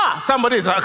somebody's